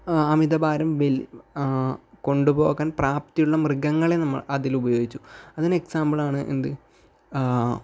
അമിതഭാരം വെൽ കൊണ്ട് പോകാൻ പ്രാപ്തിയുള്ള മൃഗങ്ങളെ നമ്മൾ അതിലുപയോഗിച്ചു അതിന് എക്സാമ്പിൾ ആണ് എന്ത്